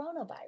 coronavirus